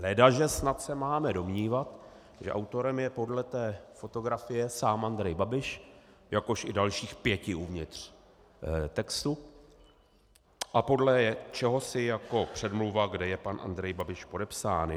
Ledaže snad se máme domnívat, že autorem je podle té fotografie sám Andrej Babiš, jakož i dalších pět uvnitř textu, a podle čehosi jako předmluva, kde je pan Andrej Babiš podepsán.